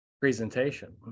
presentation